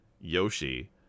Yoshi